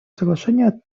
соглашения